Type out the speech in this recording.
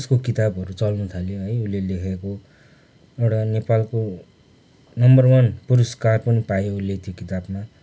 उसको किताबहरू चल्नु थाल्यो है उसले लेखेको एउटा नेपालको नम्बर वान पुरस्कार पनि पायो उसले त्यो किताबमा